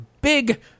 big